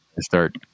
Start